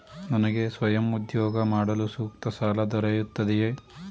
ನನಗೆ ಸ್ವಯಂ ಉದ್ಯೋಗ ಮಾಡಲು ಸೂಕ್ತ ಸಾಲ ದೊರೆಯುತ್ತದೆಯೇ?